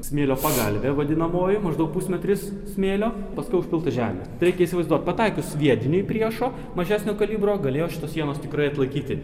smėlio pagalvė vadinamoji maždaug pusmetris smėlio paskiau užpilta žemė reikia įsivaizduot pataikius sviediniui priešo mažesnio kalibro galėjo šitos sienos tikrai atlaikyti